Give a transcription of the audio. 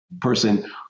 person